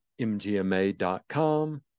mgma.com